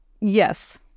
Yes